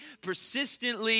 persistently